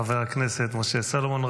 חבר הכנסת משה סולומון.